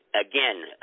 Again